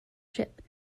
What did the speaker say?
ship